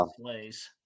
plays